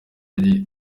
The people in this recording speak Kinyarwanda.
ari